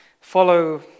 follow